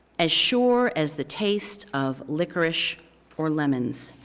as sure as the taste of licorice or lemons.